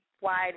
wide